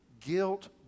Guilt